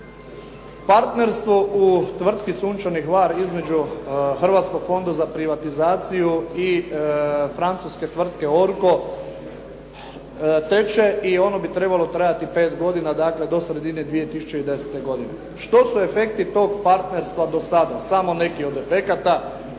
partnerstvo u tvrtki "Sunčani Hvar" između Hrvatskog fonda za privatizaciju i francuske tvrtke "ORCO" teče i ono bi trebalo trajati pet godina, dakle do sredine 2010. godine. Što su efekti tog partnerstva do sada, samo neki od efekata.